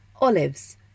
olives